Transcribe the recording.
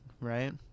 right